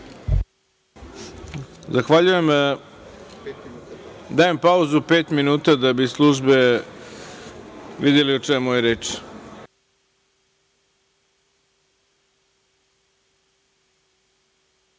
Zahvaljujem. Dajem pauzu od pet minuta, da bi službe videle o čemu je